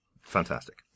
Fantastic